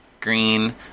green